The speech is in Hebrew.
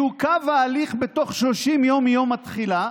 יעוכב ההליך בתוך שלושים ימים מיום מתחילה,